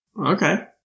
Okay